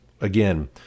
again